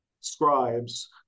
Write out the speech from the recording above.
scribes